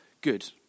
good